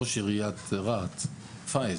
ראש עיריית רהט, פאיז.